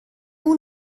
اون